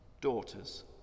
daughters